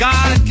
God